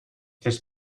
this